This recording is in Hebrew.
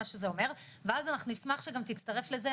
מה שזה אומר ואז אנחנו נשמח שגם תצטרף לזה,